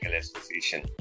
Association